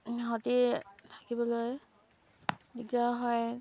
সিহঁতি থাকিবলৈ দিগদাৰ হয়